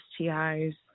STIs